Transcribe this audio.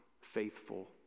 faithful